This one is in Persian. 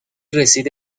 رسید